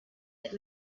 had